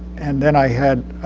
and then i had,